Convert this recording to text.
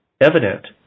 evident